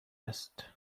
است